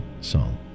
song